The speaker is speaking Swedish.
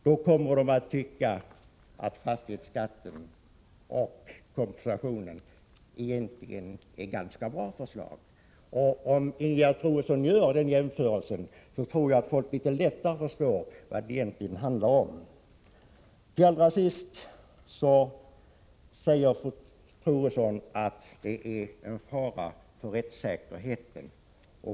Då kommer de att tycka att fastighetsskatten och kompensationen egentligen är ganska bra förslag. Om Ingegerd Troedsson gör den jämförelsen tror jag att folk litet lättare förstår vad det egentligen handlar om. Allra sist talar fru Troedsson om en fara för rättssäkerheten.